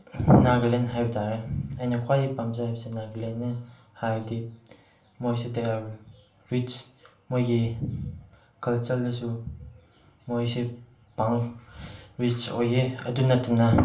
ꯅꯥꯒꯥꯂꯦꯟ ꯍꯥꯏꯕ ꯇꯥꯔꯦ ꯑꯩꯅ ꯈ꯭ꯋꯥꯏꯗꯒꯤ ꯄꯥꯝꯖꯩ ꯍꯥꯏꯕꯁꯦ ꯅꯥꯒꯥꯂꯦꯟꯅꯦ ꯍꯥꯏꯕꯗꯤ ꯃꯣꯏꯁꯨ ꯗꯦ ꯑꯥꯔ ꯔꯤꯁ ꯃꯣꯏꯒꯤ ꯀꯜꯆꯔꯗꯁꯨ ꯃꯣꯏꯁꯦ ꯔꯤꯁ ꯑꯣꯏꯌꯦ ꯑꯗꯨ ꯅꯠꯇꯅ